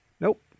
nope